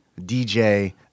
DJ